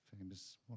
famous